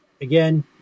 Again